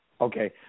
Okay